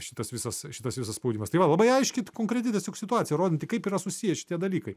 šitas visas šitas visas spaudimas tai va labai aiški konkreti tiesiog situacija rodanti kaip yra susiję šitie dalykai